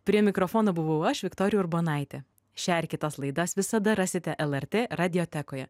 prie mikrofono buvau aš viktorija urbonaitė šią ir kitas laidas visada rasite lrt radiotekoje